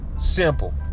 simple